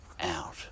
out